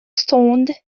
stoned